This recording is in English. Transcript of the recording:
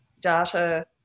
data